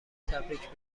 تبریک